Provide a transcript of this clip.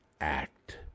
Act